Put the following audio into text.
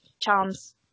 charms